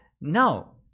No